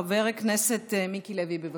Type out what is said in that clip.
חבר הכנסת מיקי לוי, בבקשה.